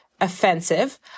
offensive